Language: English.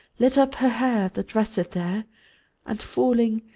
lit up her hair that rested there and, falling,